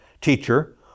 Teacher